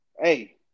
Hey